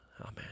Amen